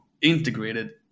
integrated